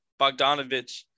Bogdanovich